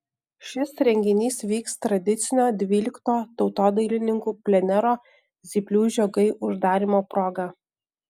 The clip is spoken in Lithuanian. šis renginys vyks tradicinio dvylikto tautodailininkų plenero zyplių žiogai uždarymo proga